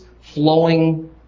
flowing